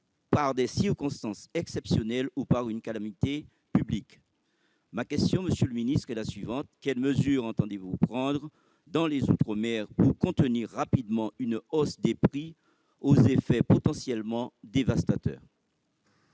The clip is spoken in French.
par des circonstances exceptionnelles ou par une calamité publique ». Ma question, monsieur le ministre, est la suivante : quelles mesures entendez-vous prendre dans les outre-mer pour contenir rapidement une hausse des prix aux effets potentiellement dévastateurs ?